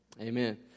Amen